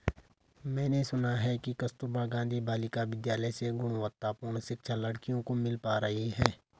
मैंने सुना है कि कस्तूरबा गांधी बालिका विद्यालय से गुणवत्तापूर्ण शिक्षा लड़कियों को मिल पा रही है